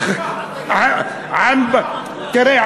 תראה,